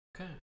Okay